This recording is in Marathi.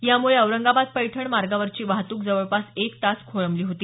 यामुळे औरंगाबाद पैठण मार्गावरची वाहतूक जवळपास एक तास खोळंबली होती